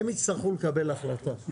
הם יצטרכו לקבל החלטה.